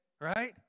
right